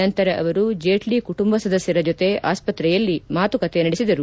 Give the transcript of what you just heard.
ನಂತರ ಅವರು ಜೇಟ್ಲ ಕುಟುಂಬ ಸದಸ್ಟರ ಜೊತೆ ಆಸ್ಪತ್ರೆಯಲ್ಲಿ ಮಾತುಕತೆ ನಡೆಸಿದರು